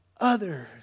others